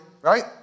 right